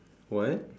what